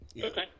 Okay